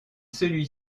celui